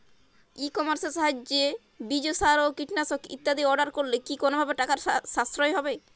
ই কমার্সের সাহায্যে বীজ সার ও কীটনাশক ইত্যাদি অর্ডার করলে কি কোনোভাবে টাকার সাশ্রয় হবে?